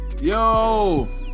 Yo